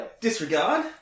Disregard